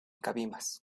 cabimas